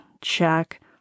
Check